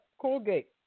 Colgate